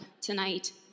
tonight